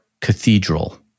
Cathedral